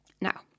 Now